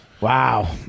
Wow